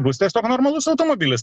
bus tiesiog normalus automobilis